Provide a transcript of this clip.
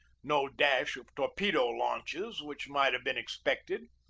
no dash of torpedo-launches which might have been expected,